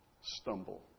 stumble